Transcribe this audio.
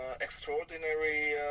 extraordinary